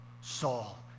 Saul